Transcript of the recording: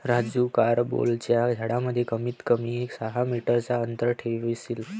राजू कारंबोलाच्या झाडांमध्ये कमीत कमी सहा मीटर चा अंतर ठेवशील